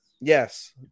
Yes